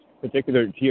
particular